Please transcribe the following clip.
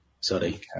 Sorry